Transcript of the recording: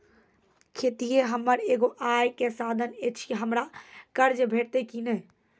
खेतीये हमर एगो आय के साधन ऐछि, हमरा कर्ज भेटतै कि नै?